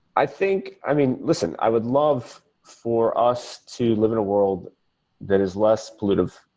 i think i mean, listen. i would love for us to live in a world that is less polutive,